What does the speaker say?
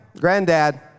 granddad